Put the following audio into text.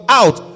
out